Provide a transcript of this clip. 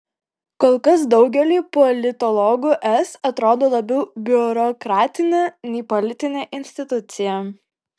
kol kas daugeliui politologų es atrodo labiau biurokratinė nei politinė institucija